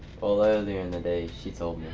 well earlier in the day she told